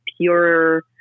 pure